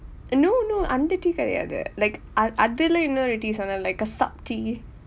uh no no அந்த:antha tea கிடையாது :kidaiyaathu like அது அதுல இன்னொரு:athu athula innoru tea சொன்ன:sonna like a sub-tea